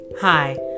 Hi